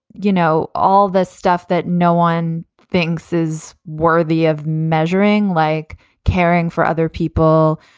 you know, all the stuff that no one thinks is worthy of measuring, like caring for other people,